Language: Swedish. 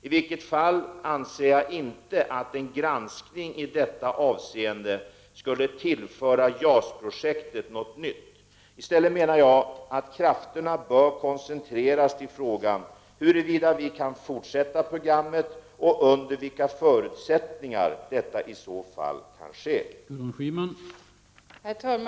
I vilket fall som helst anser jag inte att en granskning i detta avseende skulle tillföra JAS-projektet något nytt. I stället menar jag att krafterna bör koncentreras till frågan, huruvida vi kan fortsätta programmet och under vilka förutsättningar detta i så fall kan ske. Då Lars Werner, som framställt frågan, anmält att han var förhindrad att närvara vid sammanträdet, medgav talmannen att Gudrun Schyman i stället fick delta i överläggningen.